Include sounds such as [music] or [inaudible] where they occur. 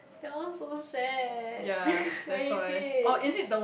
that was so sad [breath] I hate it [breath]